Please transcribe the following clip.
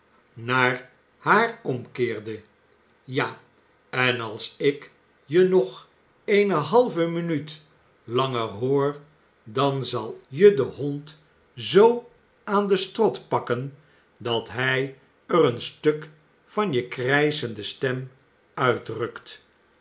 naar haar omkeerde ja en a's ik je nog eene sikes wil nancy niet laten uitgaan i halve minuut langer hoor dan zal je de hond zoo aan den strot pakken dat hij ïr een stuk van je krijschende stem uitrukt